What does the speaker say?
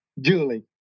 Julie